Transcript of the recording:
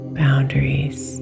boundaries